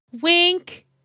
Wink